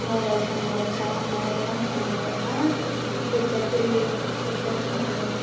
लाव गायखांनानै खाखांनानै फानखांनानै आरो खोथिया फोयो खोथिया फोनानै